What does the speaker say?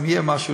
אם יהיה משהו,